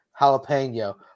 jalapeno